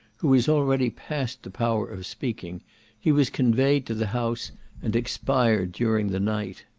who was already past the power of speaking he was conveyed to the house and expired during the night.